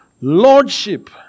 Lordship